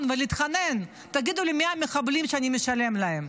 ולהתחנן: תגידו לי מי המחבלים שאני משלם להם.